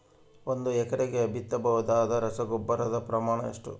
ಒಂದು ಎಕರೆಗೆ ಬಿತ್ತಬಹುದಾದ ರಸಗೊಬ್ಬರದ ಪ್ರಮಾಣ ಎಷ್ಟು?